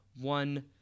one